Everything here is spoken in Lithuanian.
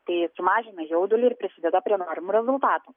tai sumažina jaudulį ir prisideda prie norimų rezultatų